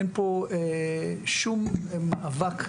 אין פה שום מאבק.